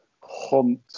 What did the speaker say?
Hunt